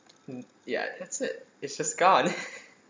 mm ya that's it it's just gone